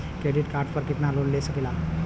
Credit card पर कितनालोन ले सकीला?